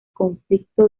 conflicto